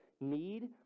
need